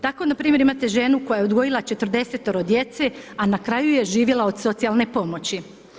Tako npr. imate ženu koja je odgojila 40-tero djece, a na kraju je živjela od socijalne pomoći.